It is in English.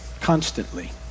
constantly